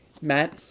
Matt